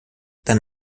dann